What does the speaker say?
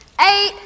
eight